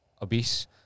obese